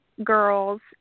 girls